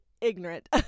ignorant